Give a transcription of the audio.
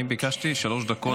אני ביקשתי שלוש דקות.